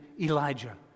Elijah